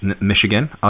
Michigan